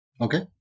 Okay